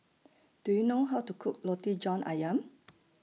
Do YOU know How to Cook Roti John Ayam